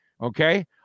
Okay